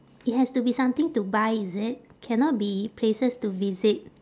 it has to be something to buy is it cannot be places to visit